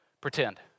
Pretend